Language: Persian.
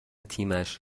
تیمش